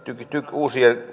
uusista